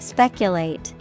Speculate